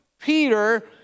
Peter